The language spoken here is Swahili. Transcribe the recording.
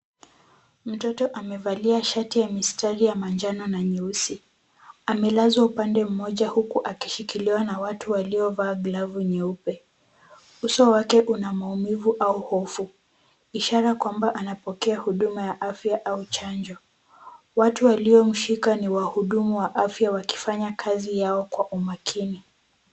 Mtoto amevalia shati ya mistari ya manjano na nyeusi. Amelazwa upande mmoja huku akishikiliwa na watu waliovaa glavu nyeupe. Uso wake una maumivu au hofu ishara ya kwamba anapokea huduma ya afya au chanjo. Watu waliomshika ni wahudumu wa afya wakifanya kazi yao kwa umakini.